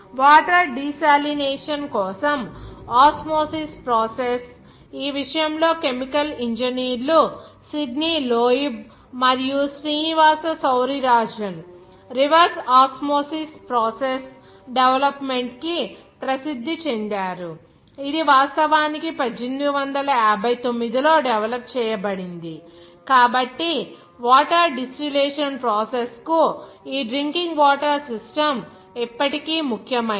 water desalination కోసం osmosis process ఈ విషయంలో ఆ కెమికల్ ఇంజనీర్లు సిడ్నీ లోయిబ్ మరియు Srinivasa Sourirajan reverse osmosis process development కి ప్రసిద్ధి చెందారు ఇది వాస్తవానికి 1959 లో డెవలప్ చేయబడింది కాబట్టి వాటర్ డిస్టిలేషన్ ప్రాసెస్ కు ఈ డ్రింకింగ్ వాటర్ సిస్టం ఇప్పటికీ ముఖ్యమైనది